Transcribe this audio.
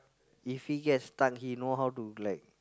if he gets stuck he know how to like